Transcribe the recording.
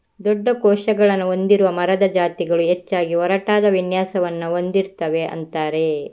ದೊಡ್ಡ ಕೋಶಗಳನ್ನ ಹೊಂದಿರುವ ಮರದ ಜಾತಿಗಳು ಹೆಚ್ಚಾಗಿ ಒರಟಾದ ವಿನ್ಯಾಸವನ್ನ ಹೊಂದಿರ್ತವೆ ಅಂತಾರೆ